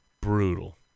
brutal